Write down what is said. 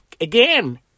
again